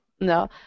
No